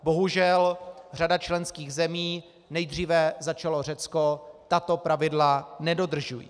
Bohužel řada členských zemí, nejdříve začalo Řecko, tato pravidla nedodržuje.